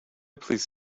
please